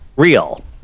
Real